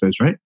right